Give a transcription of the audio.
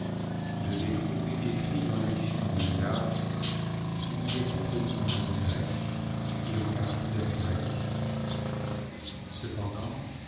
je l'ai trouvé écrit dans l'édition vulgate où il est contenu en langue grecque et en caractères grecs cependant